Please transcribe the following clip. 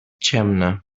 ciemne